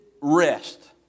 rest